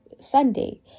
Sunday